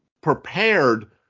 prepared